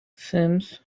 sims